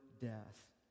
death